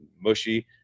mushy